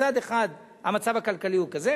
מצד אחד המצב הכלכלי הוא כזה,